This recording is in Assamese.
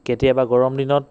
কেতিয়াবা গৰম দিনত